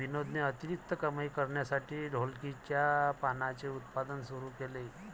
विनोदने अतिरिक्त कमाई करण्यासाठी ढोलकीच्या पानांचे उत्पादन सुरू केले